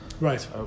Right